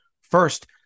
First